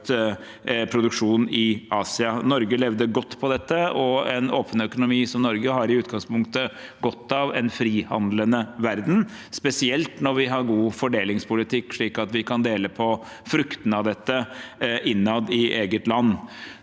produksjon i Asia. Norge levde godt på dette, og en åpen økonomi som Norge har i utgangspunktet godt av en frihandlende verden, spesielt når vi har god fordelingspolitikk slik at vi kan dele på fruktene av dette innad i eget land.